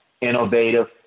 innovative